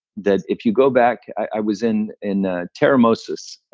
that if you go back. i was in in ah termessos,